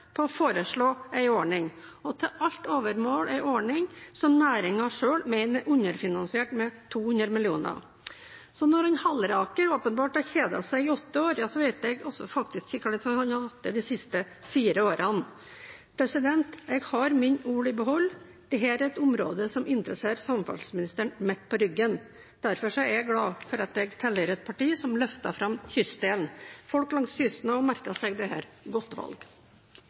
på å foreslå en ordning, og til alt overmål en ordning som næringen selv mener er underfinansiert med 200 mill. kr. Så når representanten Halleraker åpenbart har kjedet seg i åtte år, vet jeg ikke hvordan han har hatt det de siste fire årene. Jeg har mine ord i behold. Dette er et område som interesserer samferdselsministeren midt i ryggen. Derfor er jeg glad for at jeg tilhører et parti som løfter fram kystdelen. Folk langs kysten merker seg også dette. Godt valg.